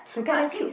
the guy damn cute